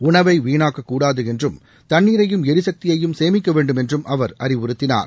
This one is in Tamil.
உணவை வீணாக்கக்கூடாது என்றும் தண்ணீரையும் எரிசக்தியையும் சேமிக்க வேண்டும் என்றும் அவர் அறிவுறுத்தினார்